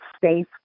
safe